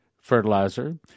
fertilizer